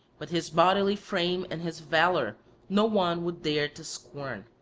but his bodily frame and his valour no one would dare to scorn.